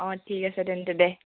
অঁ ঠিক আছে তেন্তে দে